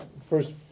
first